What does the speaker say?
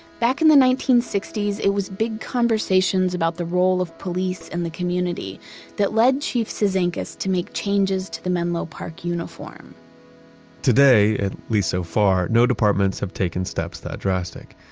back in the nineteen sixty s, it was big conversations about the role of police in the community that led chief cizanckas to make changes to the menlo park uniform today, at least so far, no departments have taken steps that drastic,